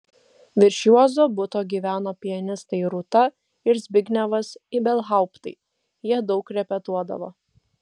virš juozo buto gyveno pianistai rūta ir zbignevas ibelhauptai jie daug repetuodavo